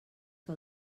que